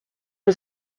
was